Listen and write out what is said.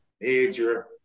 major